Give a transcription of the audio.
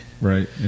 Right